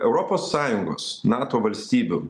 europos sąjungos nato valstybių